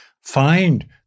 find